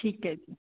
ਠੀਕ ਹੈ ਜੀ